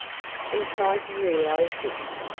and try to realize this,